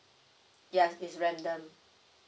ya it's random